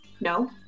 No